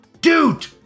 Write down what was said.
Dude